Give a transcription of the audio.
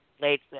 late